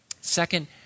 Second